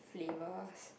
flavours